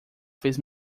fez